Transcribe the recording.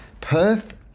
Perth